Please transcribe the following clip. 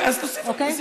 יופי, אז תוסיפי לי.